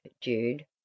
Jude